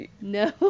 No